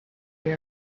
very